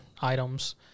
items